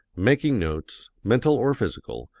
making notes, mental or physical,